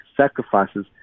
sacrifices